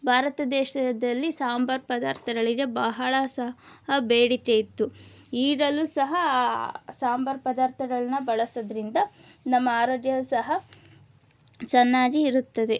ಭಾರತ ದೇಶದಲ್ಲಿ ಸಾಂಬಾರು ಪದಾರ್ಥಗಳಿಗೆ ಬಹಳ ಸಹ ಬೇಡಿಕೆ ಇತ್ತು ಈಗಲು ಸಹ ಆ ಸಾಂಬಾರು ಪದಾರ್ಥಗಳನ್ನ ಬಳಸೋದರಿಂದ ನಮ್ಮ ಆರೋಗ್ಯ ಸಹ ಚೆನ್ನಾಗಿ ಇರುತ್ತದೆ